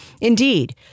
Indeed